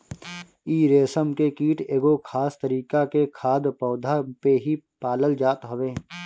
इ रेशम के कीट एगो खास तरीका के खाद्य पौधा पे ही पालल जात हवे